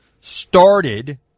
started